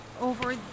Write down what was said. over